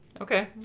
Okay